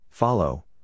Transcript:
Follow